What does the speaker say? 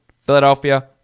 Philadelphia